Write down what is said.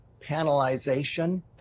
panelization